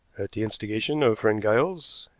at the instigation of friend giles?